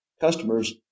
customers